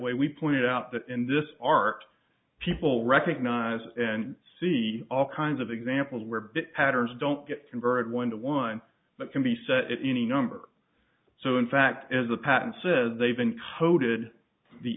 way we pointed out that in this art people recognize and see all kinds of examples where patterns don't get converted one to one but can be set in any number so in fact as the pattern says they've included the